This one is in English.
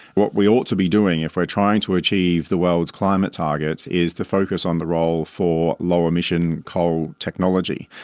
what we ought to be doing if we're trying to achieve the world's climate targets is to focus on the role for low emission coal technology.